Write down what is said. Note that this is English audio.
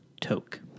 Toke